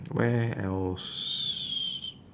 where else